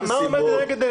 אבל מה עומד לנגד עיניכם?